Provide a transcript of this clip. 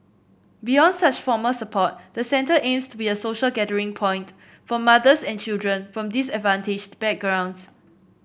beyond such formal support the centre aims to be a social gathering point for mothers and children from disadvantaged backgrounds